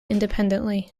independently